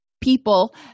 people